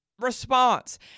response